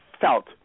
felt